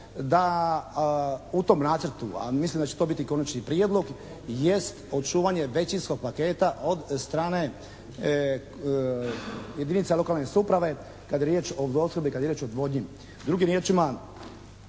da u tom nacrtu a mislim da će to biti konačni prijedlog jest očuvanje većinskog paketa od strane jedinica lokalne samouprave kad je riječ o vodoopskrbi, kad je riječ o odvodnji.